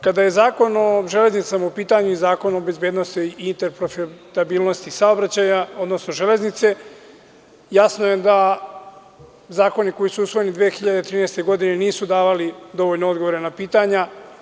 Kada je Zakon o železnicama u Srbiji u pitanju i Zakon o bezbednosti interparabilnosti saobraćaja, odnosno železnice, jasno je da zakoni koji su usvojeni 2013. godine nisu davali dovoljno odgovora na pitanja.